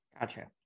Gotcha